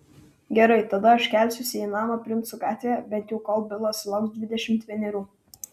gerai tada aš kelsiuosi į namą princų gatvėje bent jau kol bilas sulauks dvidešimt vienerių